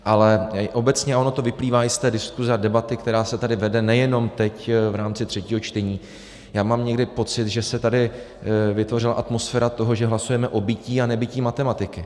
Ale obecně, a ono to vyplývá i z té diskuse a debaty, která se tady vede nejenom teď v rámci třetího čtení, já mám někdy pocit, že se tady vytvořila atmosféra toho, že hlasujeme o bytí a nebytí matematiky.